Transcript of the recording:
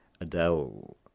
adele